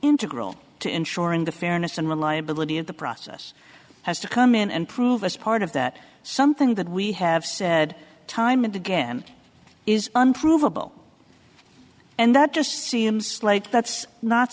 integral to ensuring the fairness and reliability of the process has to come in and prove us part of that something that we have said time and again is unprovable and that just seems like that's not